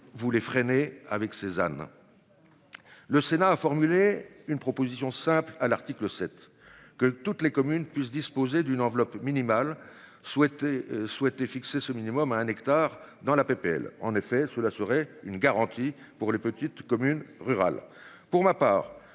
vous freiner avec Cézanne. Le Sénat a formulé une proposition simple à l'article 7 que toutes les communes puissent disposer d'une enveloppe minimale souhaité souhaité fixer ce minimum à un hectare dans la PPL en effet sous la soirée une garantie pour les petites communes rurales. Pour ma part,